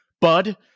Bud